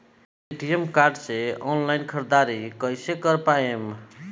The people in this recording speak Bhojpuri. ए.टी.एम कार्ड से ऑनलाइन ख़रीदारी कइसे कर पाएम?